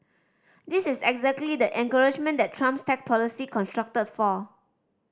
this is exactly the encouragement that Trump's tax policy constructed for